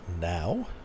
now